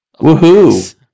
Woohoo